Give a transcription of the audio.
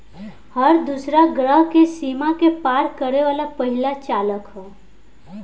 हर दूसरा ग्रह के सीमा के पार करे वाला पहिला चालक ह